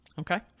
Okay